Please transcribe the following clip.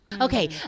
Okay